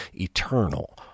eternal